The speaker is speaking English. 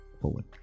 Forward